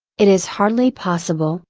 it is hardly possible,